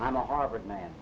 i'm a harvard man